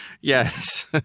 Yes